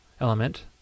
element